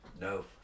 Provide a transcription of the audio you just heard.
no